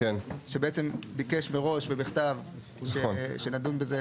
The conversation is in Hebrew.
שבעצם ביקר מראש ובכתב שנדון בזה,